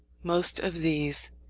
most of these,